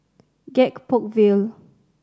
Gek Poh Ville